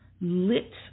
lit